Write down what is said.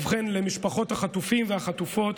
למשפחות החטופים והחטופות,